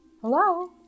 Hello